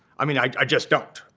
i mean, i just don't.